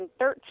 2013